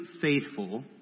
faithful